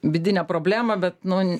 vidinę problemą bet nu